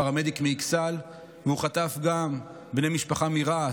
פרמדיק מאכסאל והוא חטף גם בני משפחה מרהט,